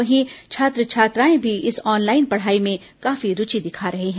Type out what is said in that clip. वहीं छात्र छात्राएं भी इस ऑनलाइन पढ़ाई में काफी रूचि दिखा रहे हैं